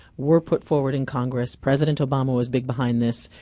were put forward in congress. president obama was big behind this.